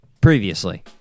Previously